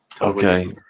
Okay